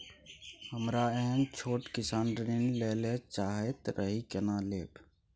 हमरा एहन छोट किसान ऋण लैले चाहैत रहि केना लेब?